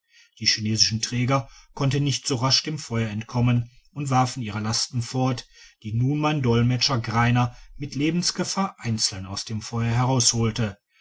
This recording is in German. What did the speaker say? die chinesischen träger konnten nicht so rasch dem feuer entkommen und warfen ihre lasten fort die nun mein dolmetscher greiner mit lebensgefahr einzeln aus dem feuer